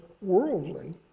worldly